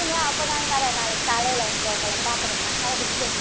சரிங்க அப்போ நானும் வர்றேன் நாளைக்கு காலையில் வந்து உங்களை பாக்குறேங்க ஆபிஸ்லேயே